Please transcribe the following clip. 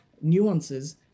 nuances